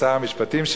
שר המשפטים,